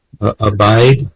abide